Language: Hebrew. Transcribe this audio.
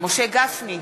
משה גפני,